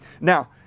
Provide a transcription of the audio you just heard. Now